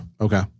Okay